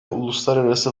uluslararası